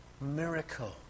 miracle